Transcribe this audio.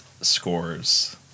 scores